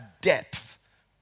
depth